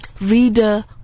reader